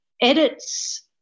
Edits